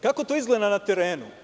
Kako to izgleda na terenu?